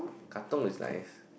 Katong is like